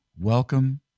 Welcome